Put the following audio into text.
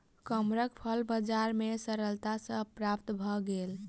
कमरख फल बजार में सरलता सॅ प्राप्त भअ गेल